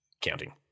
counting